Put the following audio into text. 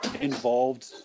involved